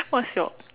what's your